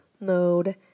mode